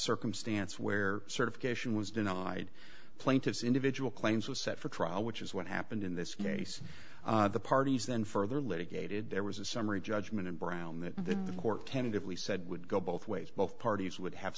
circumstance where certification was denied plaintiff's individual claims was set for trial which is what happened in this case the parties then further litigated there was a summary judgment in brown that the court tentatively said would go both ways both parties would have